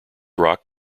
rock